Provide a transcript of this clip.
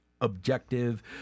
objective